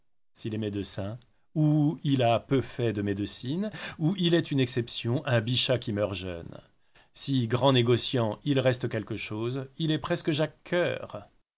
s'il est médecin ou il a peu fait la médecine ou il est une exception un bichat qui meurt jeune si grand négociant il reste quelque chose il est presque